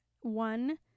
one